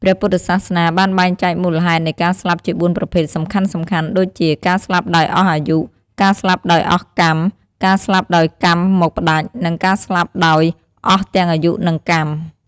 ព្រះពុទ្ធសាសនាបានបែងចែកមូលហេតុនៃការស្លាប់ជាបួនប្រភេទសំខាន់ៗ ដូចជា ការស្លាប់ដោយអស់អាយុ ការស្លាប់ដោយអស់កម្ម ការស្លាប់ដោយកម្មមកផ្ដាច់ និង ការស្លាប់ដោយអស់ទាំងអាយុ និងកម្ម។